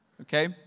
okay